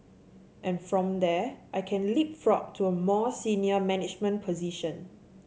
and from there I can leapfrog to a more senior management position